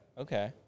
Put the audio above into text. Okay